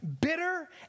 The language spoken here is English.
bitter